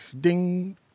ding